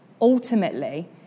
Ultimately